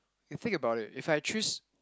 you think about it if I choose